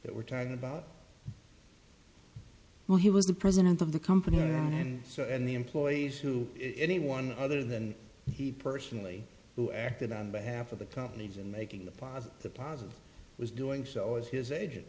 that we're talking about well he was the president of the company around and so and the employees to anyone other than he personally who acted on behalf of the companies in making the pot deposit was doing so is his agent